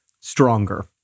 stronger